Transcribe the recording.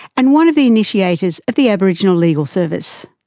and one of the initiators of the aboriginal legal service.